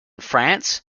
france